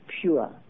pure